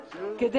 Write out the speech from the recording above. לכן,